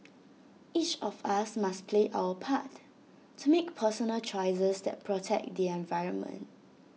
each of us must play our part to make personal choices that protect the environment